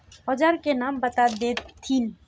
औजार के नाम बता देथिन?